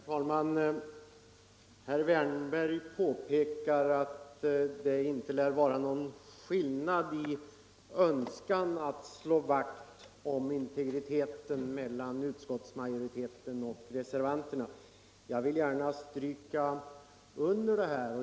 Herr talman! Herr Wärnberg påpekar att det inte lär vara någon skillnad i önskan att slå vakt om integriteten mellan utskottsmajoriteten och reservanterna. Jag vill gärna stryka under det.